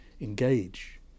engage